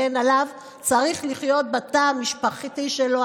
צריך לחיות בתא המשפחתי שלו,